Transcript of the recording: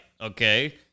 Okay